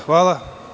Hvala.